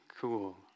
Cool